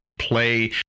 Play